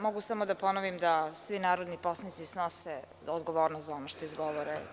Mogu samo da ponovim da svi narodni poslanici snose odgovornost za ono što izgovore.